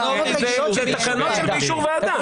אלה תקנות שבאישור ועדה,